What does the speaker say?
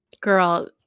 Girl